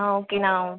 ஆ okay நான்